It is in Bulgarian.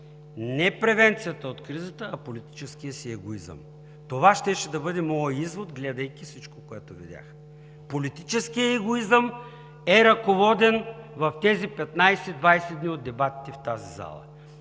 не превенцията от кризата, а политическия си егоизъм. Това щеше да бъде моят извод, гледайки всичко, което видяхме. Политическият егоизъм е ръководен в тези 15 – 20 дни от дебатите в тази зала.